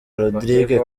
rodrigue